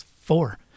four